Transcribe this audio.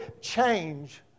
change